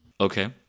Okay